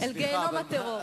אל גיהינום הטרור.